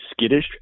skittish